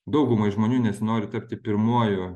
daugumai žmonių nesinori tapti pirmuoju